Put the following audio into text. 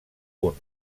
punt